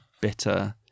bitter